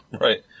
Right